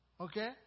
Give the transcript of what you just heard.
Okay